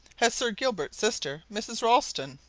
has sir gilbert's sister, mrs. ralston.